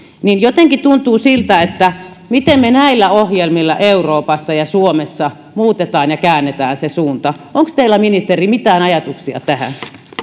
niin jotenkin tuntuu siltä että miten me näillä ohjelmilla euroopassa ja suomessa muutamme ja käännämme sen suunnan onko teillä ministeri mitään ajatuksia tähän